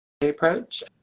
approach